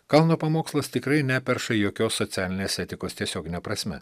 kalno pamokslas tikrai neperša jokios socialinės etikos tiesiogine prasme